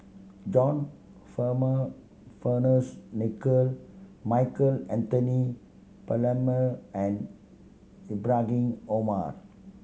John Farmer Fearns Nicoll Michael Anthony Palmer and Ibrahim Omar